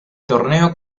torneo